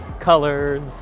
colors.